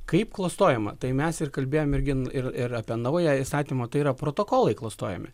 kaip klastojama tai mes ir kalbėjom irgi ir ir apie naują įstatymą tai yra protokolai klastojami